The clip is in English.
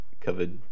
covered